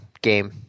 game